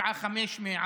בשעה 05:00,